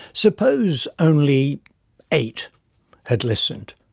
suppose only eight had listened,